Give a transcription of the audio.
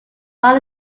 long